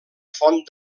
font